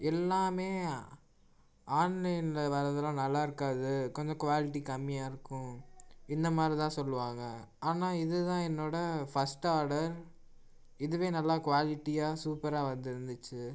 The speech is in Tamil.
எல்லாமே ஆன்லைனில் வரதுலாம் நல்லா இருக்காது கொஞ்சம் குவாலிட்டி கம்மியாக இருக்கும் இந்த மாதிரித்தான் சொல்லுவாங்கள் ஆனால் இதுதான் என்னோடய ஃபர்ஸ்ட் ஆர்டர் இதுவே நல்லா குவாலிட்டியாக சூப்பராக வந்து இருந்துச்சு